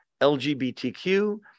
LGBTQ